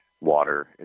water